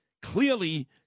Clearly